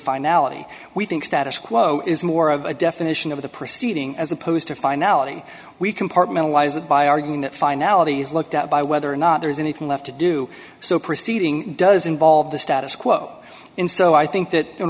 finality we think status quo is more of a definition of the proceeding as opposed to finality we compartmentalise it by arguing that finalities looked at by whether or not there is anything left to do so proceeding does involve the status quo in so i think that in